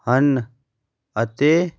ਹਨ ਅਤੇ